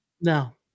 no